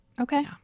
okay